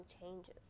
changes